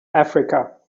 africa